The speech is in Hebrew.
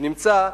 שנמצאת,